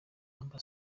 amb